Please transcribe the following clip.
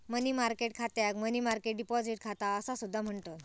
मनी market खात्याक money market deposit खाता असा सुद्धा म्हणतत